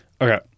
Okay